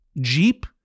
Jeep